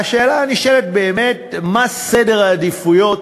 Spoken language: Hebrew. והשאלה הנשאלת, באמת מה סדר העדיפויות